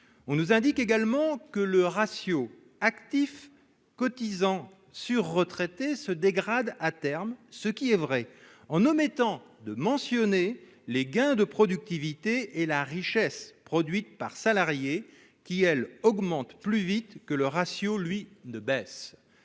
On nous indique également que le ratio actifs cotisants sur retraités se dégrade à terme ce qui est vrai en omettant de mentionner les gains de productivité et la richesse produite par salarié qui elles augmentent plus vite que le ratio lui ne baisse